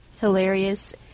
hilarious